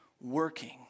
working